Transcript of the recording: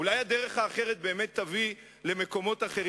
אולי הדרך האחרת באמת תביא למקומות אחרים?